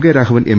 K Raghavan M